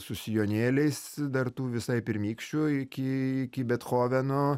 su sijonėliais dar tų visai pirmykščių iki iki bethoveno